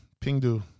Pingdu